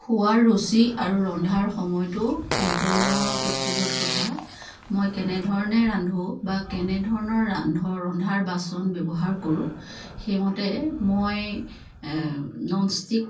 খোৱাৰ ৰুচি আৰু ৰন্ধাৰ সময়টো সম্পূৰ্ণ ব্যক্তিগত কথা মই কেনেধৰণে ৰান্ধো বা কেনেধৰণৰ ৰান্ধৰ ৰন্ধাৰ বাচন ব্যৱহাৰ কৰোঁ সেইমতে মই ননষ্টিক